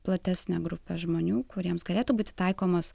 platesnę grupę žmonių kuriems galėtų būti taikomos